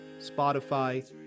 Spotify